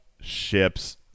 ships